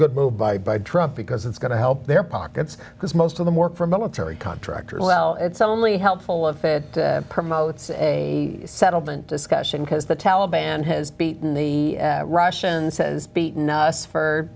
good move by trump because it's going to help their pockets because most of them work for military contractors well it's only helpful if it promotes a settlement discussion because the taliban has beaten the russians says beaten us for